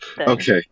Okay